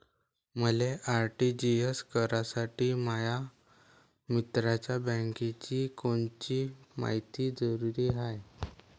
मले आर.टी.जी.एस करासाठी माया मित्राच्या बँकेची कोनची मायती जरुरी हाय?